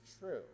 true